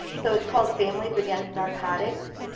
so it's called families against narcotics.